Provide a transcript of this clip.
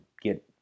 get